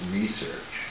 research